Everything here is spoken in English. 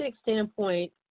standpoint